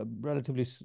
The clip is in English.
relatively